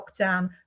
lockdown